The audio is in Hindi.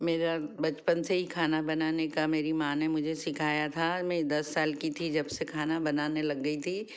मेरा बचपन से ही खाना बनाने का मेरी माँ ने मुझे सिखाया था मैं दस साल की थी जब से खाना बनाने लग गई थी